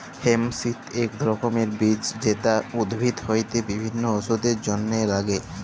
hemp seed এক রকমের বীজ যেটা উদ্ভিদ হইতে বিভিল্য ওষুধের জলহে লাগ্যে